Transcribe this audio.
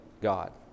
God